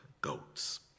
goats